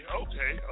okay